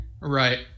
Right